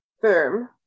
firm